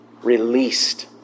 Released